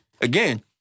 Again